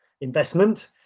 investment